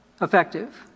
effective